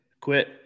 Quit